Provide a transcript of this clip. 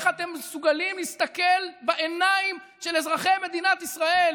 איך אתם מסוגלים להסתכל בעיניים של אזרחי מדינת ישראל,